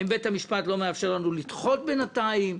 האם בית המשפט לא מאפשר לנו לדחות בינתיים?